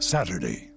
Saturday